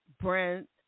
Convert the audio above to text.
Brent